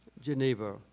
Geneva